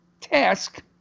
task